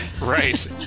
Right